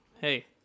hey